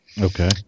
okay